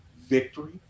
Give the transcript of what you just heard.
victory